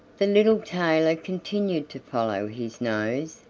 the little tailor continued to follow his nose,